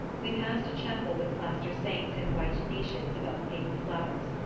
we passed a chapel with plaster saints in white niches above paper flowers.